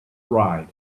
ride